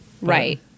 Right